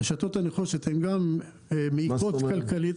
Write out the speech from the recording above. רשתות הנחושת גם מעיקות כלכלית.